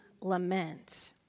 lament